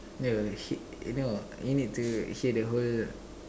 no you heed no you need to hear the whole